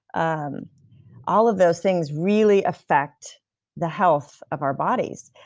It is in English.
um all of those things really affect the health of our bodies.